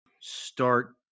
start